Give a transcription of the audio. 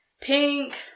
pink